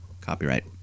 Copyright